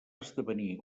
esdevenir